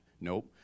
nope